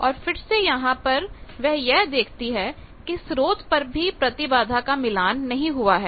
और फिर से यहां पर वह यह देखती है कि स्रोत पर भी प्रतिबाधा का मिलान नहीं हुआ है